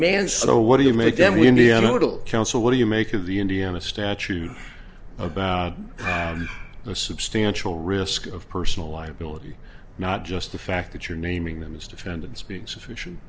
man so what do you make them the indiana little council what do you make of the indiana statute about a substantial risk of personal liability not just the fact that you're naming them as defendants being sufficient